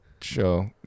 show